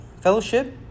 fellowship